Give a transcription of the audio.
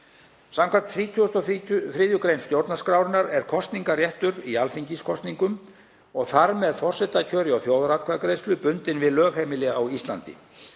Samkvæmt 33. gr. stjórnarskrárinnar er kosningarréttur í alþingiskosningum og þar með forsetakjöri og þjóðaratkvæðagreiðslu bundinn við lögheimili á Íslandi